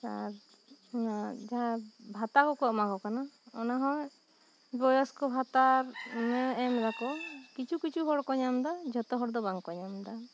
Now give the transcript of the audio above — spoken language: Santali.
ᱟᱨ ᱚᱱᱟ ᱡᱟᱦᱟᱸ ᱵᱷᱟᱛᱟ ᱠᱚᱠᱚ ᱮᱢᱟ ᱠᱚ ᱠᱟᱱᱟ ᱚᱱᱟ ᱦᱚᱸ ᱵᱚᱭᱚᱥᱠᱚ ᱵᱷᱟᱛᱟ ᱮᱢ ᱫᱟᱠᱚ ᱠᱤᱪᱷᱩ ᱠᱤᱪᱷᱩ ᱦᱚᱲ ᱠᱚ ᱧᱟᱢᱫᱟ ᱡᱷᱚᱛᱚ ᱦᱚᱲ ᱫᱚ ᱵᱟᱝ ᱠᱚ ᱧᱟᱢ ᱮᱫᱟ